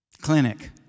clinic